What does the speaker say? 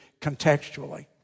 contextually